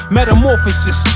Metamorphosis